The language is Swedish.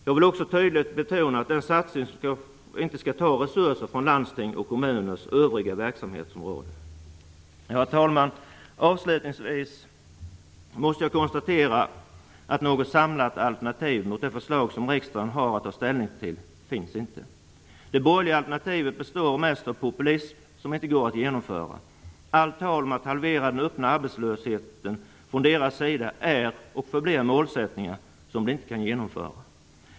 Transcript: Jag vill också tydligt betona att den satsningen inte skall ta resurser från landstingens och kommunernas övriga verksamhetsområden. Herr talman! Avslutningsvis måste jag konstatera att något samlat alternativ mot det förslag som riksdagen har att ta ställning till inte finns. Det borgerliga alternativet består mest av populism som inte går att genomföra. Allt tal om att halvera den öppna arbetslösheten från deras sida är och förblir målsättningar som de inte kan genomföra.